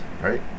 right